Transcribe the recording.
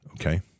okay